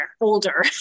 older